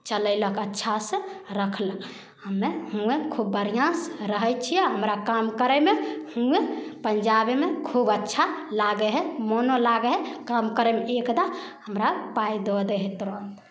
चलैलक अच्छा से रखलक हमे हुआँ खूब बढ़िआँ से रहै छिए हमरा काम करैमे हुएँ पैनजाबेमे खूब अच्छा लागै हइ मोनो लागै हइ काम करैमे एकदा हमरा पाइ दऽ दै हइ तुरन्त